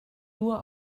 nur